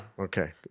Okay